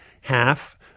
half